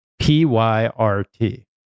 P-Y-R-T